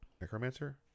Necromancer